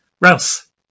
Rouse